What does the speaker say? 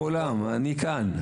כולם, אני כאן.